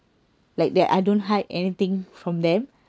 like that I don't hide anything from them